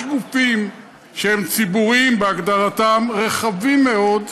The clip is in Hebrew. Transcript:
יש גופים שהם ציבוריים בהגדרתם, רחבים מאוד.